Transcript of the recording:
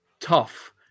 tough